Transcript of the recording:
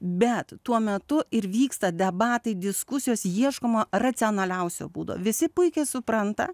bet tuo metu ir vyksta debatai diskusijos ieškoma racionaliausio būdo visi puikiai supranta